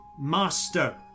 master